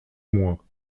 moi